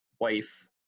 wife